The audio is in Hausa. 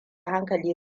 hankali